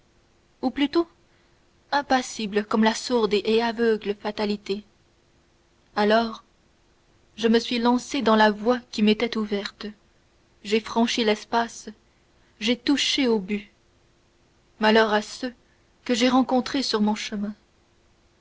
ou plutôt impassible comme la sourde et aveugle fatalité alors je me suis lancé dans la voie qui m'était ouverte j'ai franchi l'espace j'ai touché au but malheur à ceux que j'ai rencontrés sur mon chemin